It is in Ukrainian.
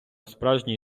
справжній